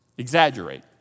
Exaggerate